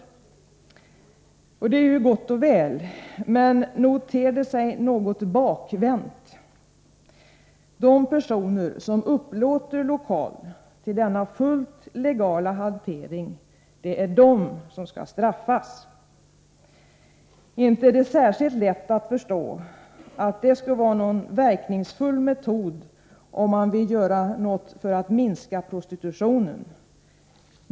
Det är ju gott och väl. Men nog ter det sig något bakvänt. De personer som upplåter lokal till denna fullt legala hantering — det är de som skall straffas. Inte är det särskilt lätt att förstå att det skulle vara någon verkningsfull metod om man vill göra något för att minska prostitutionen.